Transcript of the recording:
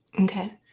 Okay